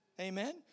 Amen